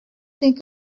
think